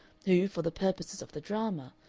who, for the purposes of the drama,